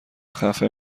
خفه